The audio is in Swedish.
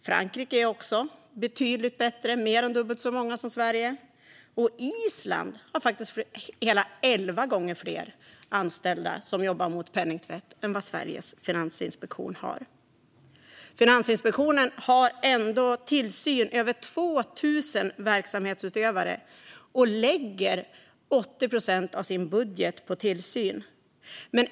Frankrike är också betydligt bättre och har mer än dubbelt så många som Sverige. Island har faktiskt hela elva gånger fler anställda som jobbar mot penningtvätt än vad Sveriges finansinspektion har. Finansinspektionen har ändå tillsyn över 2 000 verksamhetsutövare och lägger 80 procent av sin budget på tillsyn.